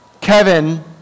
Kevin